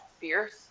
fierce